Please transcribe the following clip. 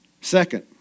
Second